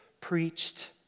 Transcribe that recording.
preached